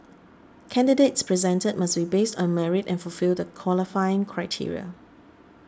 candidates presented must be based on merit and fulfil the qualifying criteria